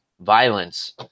violence